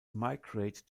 migrate